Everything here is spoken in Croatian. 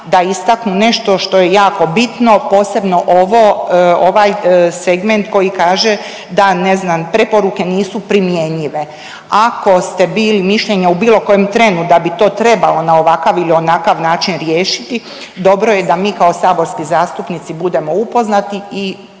da istaknu nešto što je jako bitno, posebno ovo, ovaj segment koji kaže da ne znam preporuke nisu primjenjive. Ako ste bili mišljenja u bilo kojem trenu da bi to trebalo na ovakav ili onakav način riješiti dobro je da mi kao saborski zastupnici budemo upoznati i